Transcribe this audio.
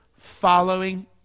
following